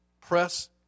press